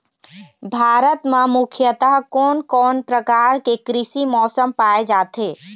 भारत म मुख्यतः कोन कौन प्रकार के कृषि मौसम पाए जाथे?